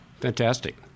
Fantastic